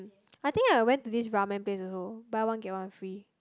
I think I went to this ramen place also buy one get one free